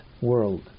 world